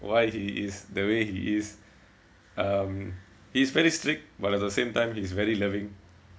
why he is the way he is um he's very strict but at the same time he's very loving